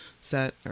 set